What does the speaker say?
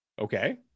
Okay